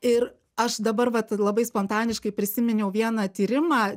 ir aš dabar vat labai spontaniškai prisiminiau vieną tyrimą